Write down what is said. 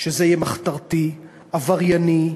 שזה יהיה מחתרתי, עברייני,